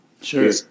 sure